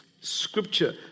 scripture